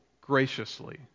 graciously